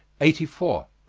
eighty four.